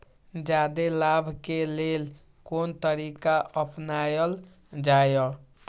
जादे लाभ के लेल कोन तरीका अपनायल जाय?